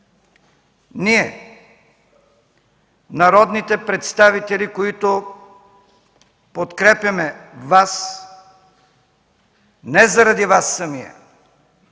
ние, народните представители, които подкрепяме Вас не заради Вас самия,